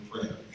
prayer